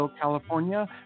California